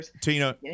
Tina